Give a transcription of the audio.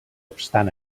obstant